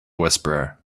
whisperer